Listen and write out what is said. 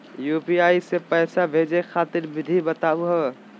UPI स पैसा भेजै खातिर विधि बताहु हो?